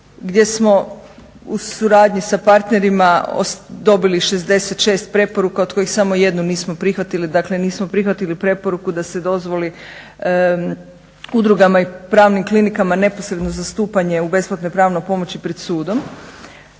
gdje smo u suradnji sa partnerima dobili 66 preporuka od kojih samo jednu nismo prihvatili. Dakle, nismo prihvatili preporuku da se dozvoli udrugama i pravnim klinikama neposredno zastupanje u besplatnoj pravnoj pomoći pred sudom.